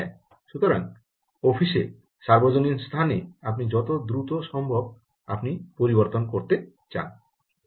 সুতরাং অফিসে সার্বজনীন স্থানে আপনি যত দ্রুত সম্ভব আপনি পরিবর্তন করতে চান